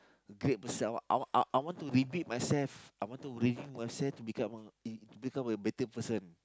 great person I I I want to repeat myself I want to redeem myself to become a E to become a better person